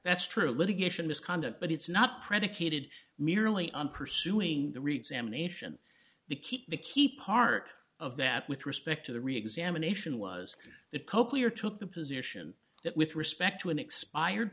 that's true litigation misconduct but it's not predicated merely on pursuing the read sam nation the keep the key part of that with respect to the reexamination was that coakley or took the position that with respect to an expired